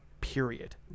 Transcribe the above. period